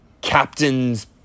captain's